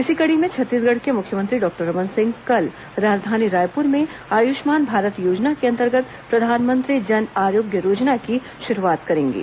इसी कड़ी में छत्तीसगढ़ के मुख्यमंत्री डॉक्टर रमन सिंह कल राजधानी रायपुर में आयुष्मान भारत योजना के अंतर्गत प्रधानमंत्री जन आरोग्य र्योजना की शुरूआत करेंगे